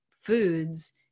foods